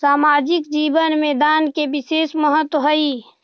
सामाजिक जीवन में दान के विशेष महत्व हई